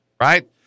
right